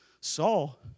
Saul